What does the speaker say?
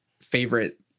favorite